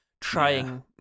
trying